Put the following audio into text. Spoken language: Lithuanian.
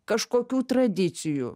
kažkokių tradicijų